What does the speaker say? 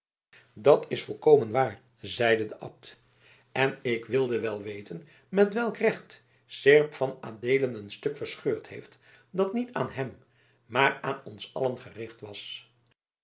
dat is volkomen waar zeide de abt en ik wilde wel weten met welk recht seerp van adeelen een stuk verscheurd heeft dat niet aan hem maar aan ons allen gericht was